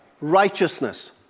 righteousness